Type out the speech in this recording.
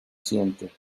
siente